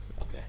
Okay